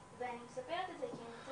ואני מספרת את זה כי אני רוצה